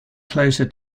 closer